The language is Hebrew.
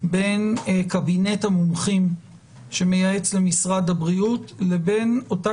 בין קבינט המומחים שמייעץ למשרד הבריאות לבין אותה